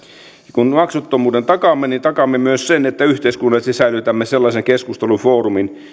kun maksuttomuuden takaamme niin takaamme myös sen että yhteiskunnallisesti säilytämme sellaisen keskustelufoorumin